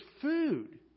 food